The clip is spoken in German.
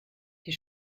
die